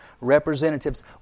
representatives